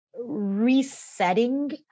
resetting